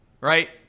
right